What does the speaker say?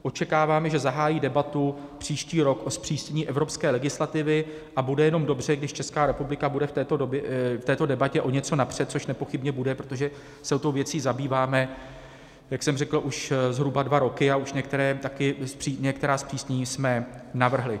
Očekáváme, že zahájí debatu příští rok o zpřísnění evropské legislativy, a bude jenom dobře, když Česká republika bude v této debatě o něco napřed, což nepochybně bude, protože se tou věcí zabýváme, jak jsem řekl, už zhruba dva roky a už některá zpřísnění jsme navrhli.